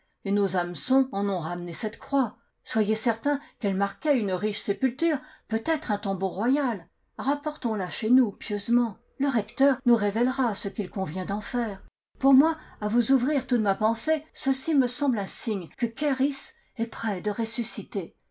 et nos hameçons en ont ramené cette croix soyez cer tains qu'elle marquait une riche sépulture peut-être un tombeau royal rapportons la chez nous pieusement le recteur nous révélera ce qu'il convient d'en faire pour moi à vous ouvrir toute ma pensée ceci me semble un signe que ker is est près de ressusciter